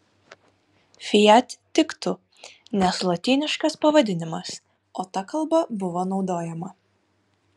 fiat tiktų nes lotyniškas pavadinimas o ta kalba buvo naudojama